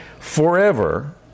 forever